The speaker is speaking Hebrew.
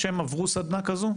שהם עברו סדנה כזו.